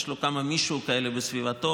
יש לו כמה "מישהו" כאלה בסביבתו: